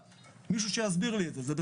אף אחד לא יגיד את זה.